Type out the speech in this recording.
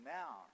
now